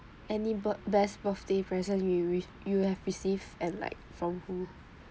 any bir~ best birthday present you re~ you have received and like from who